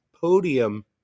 podium